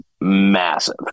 Massive